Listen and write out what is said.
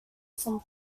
from